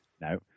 No